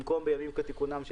במקום בימים כתיקונם,